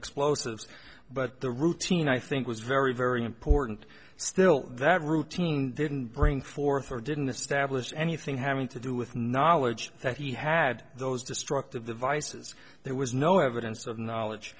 explosives but the routine i think was very very important still that routine didn't bring forth or didn't establish anything having to do with knowledge that he had those destructive devices there was no evidence of knowledge